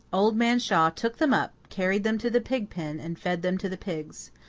old man shaw took them up carried them to the pig-pen, and fed them to the pigs.